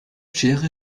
schere